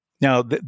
Now